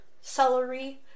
celery